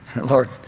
lord